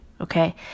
okay